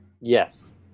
Yes